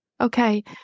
Okay